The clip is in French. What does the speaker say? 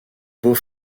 beau